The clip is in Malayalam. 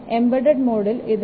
0 ഉം എംബഡഡ് മോഡിൽ ഇത് 3